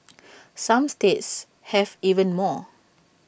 some states have even more